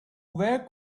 where